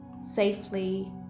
safely